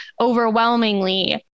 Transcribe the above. overwhelmingly